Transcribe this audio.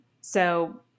So-